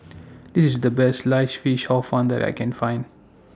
This IS The Best Sliced Fish Hor Fun that I Can Find